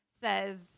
says